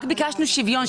רק ביקשנו שוויון.